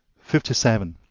fifty seven.